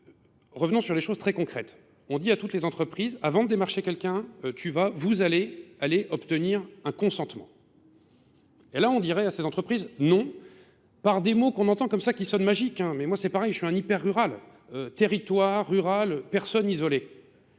Revenons sur les choses très concrètes. On dit à toutes les entreprises, avant de démarcher quelqu'un, tu vas, vous allez, allez obtenir un consentement. Et là, on dirait à ces entreprises, non, par des mots qu'on entend comme ça qui sonnent magiques, mais moi c'est pareil, je suis un hyper rural, territoire, rural, personne isolée.